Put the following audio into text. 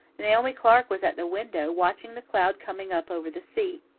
naomi clark was at the window, watching the cloud coming up over the sea.